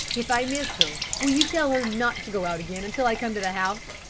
if i miss her will you tell her not to go out again until i come to the house?